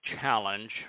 challenge